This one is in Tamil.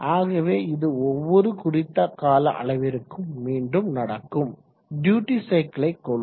ஆகவே இது ஒவ்வொரு குறித்த கால அளவிற்கும் மீண்டும் நடக்கும் டியூட்டி சைக்கிளை கொள்வோம்